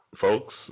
folks